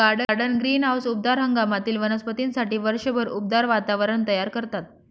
garden greenhouse उबदार हंगामातील वनस्पतींसाठी वर्षभर उबदार वातावरण तयार करतात